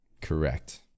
Correct